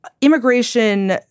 immigration